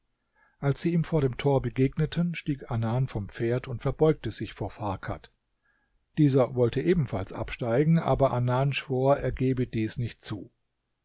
als sie ihm vor dem tor begegneten stieg anan vom pferd und verbeugte sich vor farkad dieser wollte ebenfalls absteigen aber anan schwor er gebe dies nicht zu